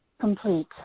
complete